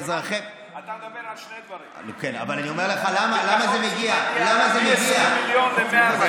אתה מדבר על שני דברים, הגדלנו מ-20 מיליון ל-140.